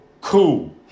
cool